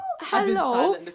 Hello